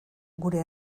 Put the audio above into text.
gure